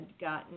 gotten